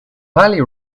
ali